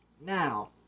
Now